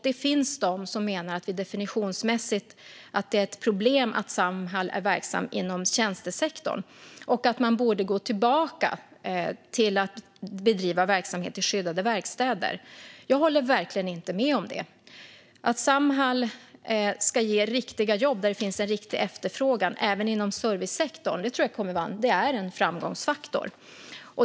Det finns de som menar att det definitionsmässigt är ett problem att Samhall är verksamt inom tjänstesektorn och att man borde gå tillbaka till att bedriva verksamhet i skyddade verkstäder. Jag håller verkligen inte med om det. Att Samhall ska ge riktiga jobb där det finns en riktig efterfrågan även inom servicesektorn är en framgångsfaktor.